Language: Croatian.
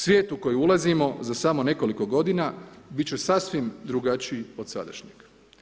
Svijet u koji ulazimo za samo nekoliko godina bit će sasvim drugačiji od sadašnjeg.